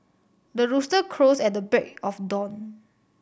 the rooster crows at the break of dawn